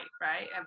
right